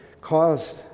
cause